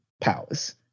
powers